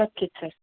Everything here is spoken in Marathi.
नक्कीच सर